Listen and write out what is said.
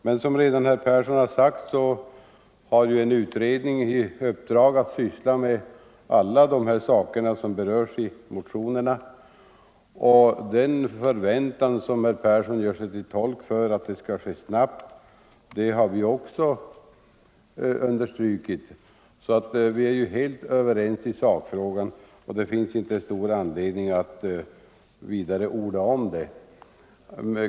Men som herr Persson redan sagt har ju en utredning i uppdrag att syssla med alla de saker som berörs i motionerna, och den förväntan att utredningen skall ske snabbt som herr Persson gör sig till tolk för har vi också gett uttryck åt. Det råder alltså full enighet i sakfrågan, och det finns inte stor anledning att vidare orda om saken.